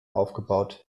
aufgebaut